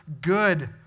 good